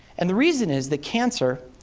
and the reason is that cancer,